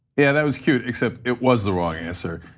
yeah, that was cute except it was the wrong answer.